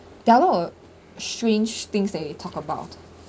there are a lot of strange things that you talk about